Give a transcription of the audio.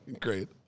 great